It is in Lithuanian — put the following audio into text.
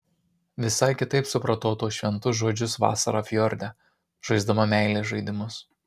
visai kitaip supratau tuos šventus žodžius vasarą fjorde žaisdama meilės žaidimus